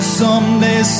someday